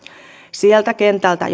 sieltä kentältä